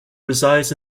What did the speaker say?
resides